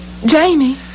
Jamie